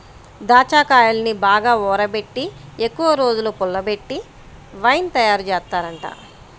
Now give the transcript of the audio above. దాచ్చాకాయల్ని బాగా ఊరబెట్టి ఎక్కువరోజులు పుల్లబెట్టి వైన్ తయారుజేత్తారంట